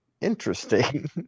interesting